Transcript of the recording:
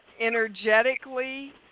Energetically